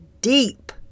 deep